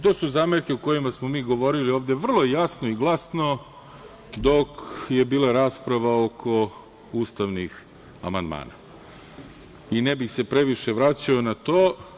To su zamerke o kojima smo mi govorili ovde vrlo jasno i glasno dok je bila rasprava oko ustavnih amandmana i ne bih se previše vraćao na to.